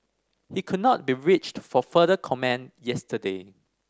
he could not be reached for further comment yesterday